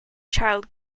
child